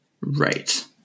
Right